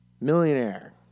Millionaire